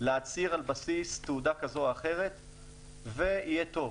להצהיר על בסיס תעודה כזאת או אחרת ויהיה טוב,